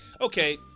okay